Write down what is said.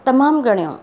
तमामु घणियूं